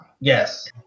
Yes